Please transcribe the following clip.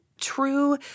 true